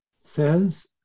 Says